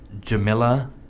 Jamila